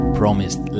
promised